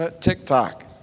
TikTok